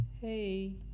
Hey